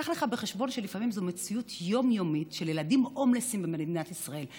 קח בחשבון שלפעמים זאת מציאות יומיומית של ילדים הומלסים במדינת ישראל.